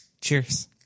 Cheers